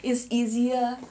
it's easier